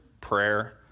prayer